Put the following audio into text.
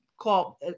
call